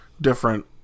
different